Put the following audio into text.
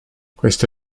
questi